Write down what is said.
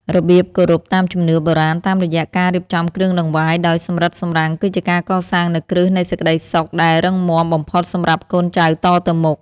របៀបគោរពតាមជំនឿបុរាណតាមរយៈការរៀបចំគ្រឿងដង្វាយដោយសម្រិតសម្រាំងគឺជាការកសាងនូវគ្រឹះនៃសេចក្តីសុខដែលរឹងមាំបំផុតសម្រាប់កូនចៅតទៅមុខ។